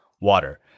water